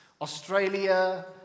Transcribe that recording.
Australia